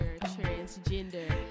transgender